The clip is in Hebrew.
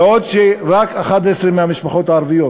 ורק 11% מהמשפחות הערביות.